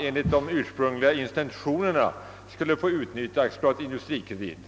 Enligt de ursprungliga intentionerna var det ju i första hand de företagen som skulle få utnyttja AB Industrikredit.